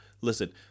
listen